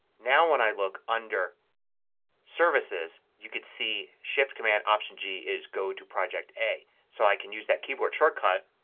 now when i look under services you can see shift command option g is go to project a. so i can use that keyboard shortcut.